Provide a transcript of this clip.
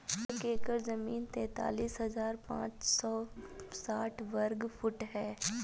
एक एकड़ जमीन तैंतालीस हजार पांच सौ साठ वर्ग फुट है